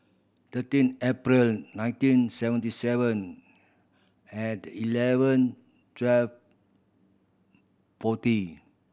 thirteen April nineteen seventy seven at eleven twelve forty